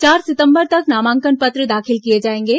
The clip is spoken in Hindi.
चार सितंबर तक नामांकन पत्र दाखिल किए जाएंगे